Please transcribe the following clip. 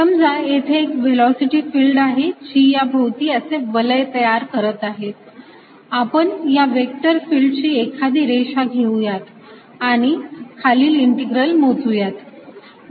समजा येथे एक व्हेलॉसिटी फिल्ड आहे जी या भोवती असे वलय तयार करत आहे आपण या व्हेक्टर फिल्डची एखादी रेषा घेऊयात आणि खालील इंटिग्रल मोजूयात